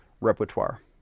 repertoire